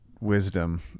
wisdom